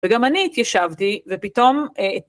וגם אני התיישבתי ופתאום